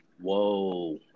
Whoa